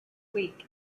week